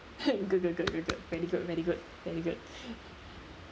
good good good good very good very good very good